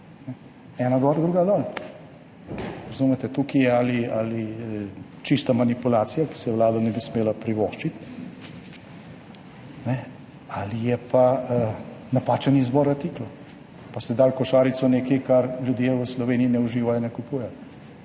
ena gor, druga dol. Razumete? Tukaj je ali čista manipulacija, ki si si je vlada ne bi smela privoščiti, ali je pa napačen izbor artiklov in ste dali v košarico nekaj, česar ljudje v Sloveniji ne uživajo, ne kupujejo,